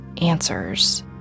answers